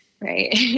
Right